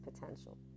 potential